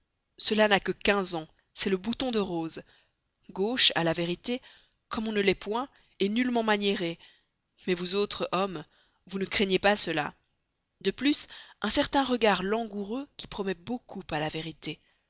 cela n'a que quinze ans c'est le bouton de rose gauche à la vérité comme on ne l'est point et nullement maniérée mais vous autres hommes vous ne craignez pas cela de plus un certain regard langoureux qui promet beaucoup de vérité